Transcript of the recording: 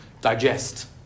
digest